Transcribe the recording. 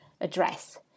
address